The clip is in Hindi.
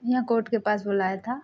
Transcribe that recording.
यहाँ कोर्ट के पास बुलाया था